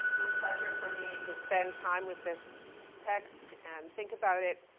pleasure for me to spend time with this text and think about it.